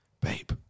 babe